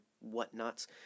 whatnots